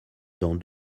dans